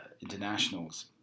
internationals